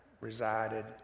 resided